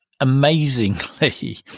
amazingly